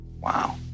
Wow